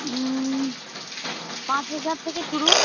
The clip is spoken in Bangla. পাঁচ হাজার থেকে শুরু